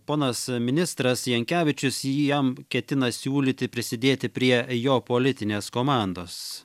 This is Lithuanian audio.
ponas ministras jankevičius jį jam ketina siūlyti prisidėti prie jo politinės komandos